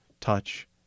touch